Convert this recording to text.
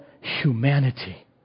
humanity